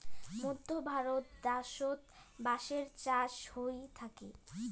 মধ্য ভারত দ্যাশোত বাঁশের চাষ হই থাকি